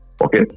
okay